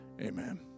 amen